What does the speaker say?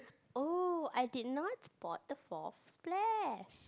oh I did not spot the fourth splash